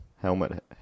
helmet